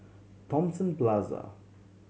Thomson Plaza